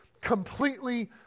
completely